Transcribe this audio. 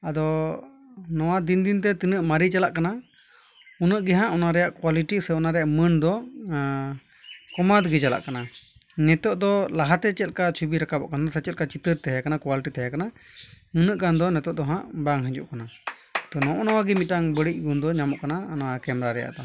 ᱟᱫᱚ ᱱᱚᱣᱟ ᱫᱤᱱᱫᱤᱱᱛᱮ ᱛᱤᱱᱟᱹᱜ ᱢᱟᱨᱮ ᱪᱟᱞᱟᱜ ᱠᱟᱱᱟ ᱩᱱᱟᱹᱜ ᱜᱮᱦᱟᱜ ᱚᱱᱟ ᱨᱮᱭᱟᱜ ᱠᱚᱣᱟᱞᱤᱴᱤ ᱥᱮ ᱚᱱᱟ ᱨᱮᱭᱟᱜ ᱢᱟᱹᱱᱫᱚ ᱠᱚᱢᱟᱣ ᱛᱮᱜᱮ ᱪᱟᱞᱟᱜ ᱠᱟᱱᱟ ᱱᱤᱛᱚᱜᱫᱚ ᱞᱟᱦᱟᱛᱮ ᱪᱮᱫ ᱞᱮᱠᱟ ᱪᱷᱚᱵᱤ ᱨᱟᱠᱟᱵᱚᱜ ᱠᱟᱱ ᱥᱮ ᱪᱮᱫᱞᱮᱠᱟ ᱪᱤᱛᱟᱹᱨ ᱛᱟᱦᱮᱸ ᱠᱟᱱᱟ ᱠᱚᱣᱟᱞᱤᱴᱤ ᱛᱮᱦᱮᱸ ᱠᱟᱱᱟ ᱩᱱᱟᱹᱜ ᱜᱟᱱᱫᱚ ᱱᱤᱛᱚᱜᱫᱚ ᱦᱟᱜ ᱵᱟᱝ ᱦᱤᱡᱩᱜ ᱠᱟᱱᱟ ᱛᱳ ᱱᱚᱜᱼᱚ ᱱᱚᱣᱟᱜᱮ ᱢᱤᱫᱴᱟᱝ ᱵᱟᱹᱲᱤᱡ ᱜᱩᱱᱫᱚ ᱧᱟᱢᱚᱜ ᱠᱟᱱᱟ ᱱᱚᱣᱟ ᱠᱮᱢᱨᱟ ᱨᱮᱭᱟᱜ ᱫᱚ